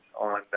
on